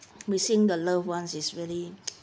missing the loved ones is really